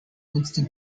winston